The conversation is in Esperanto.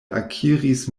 akiris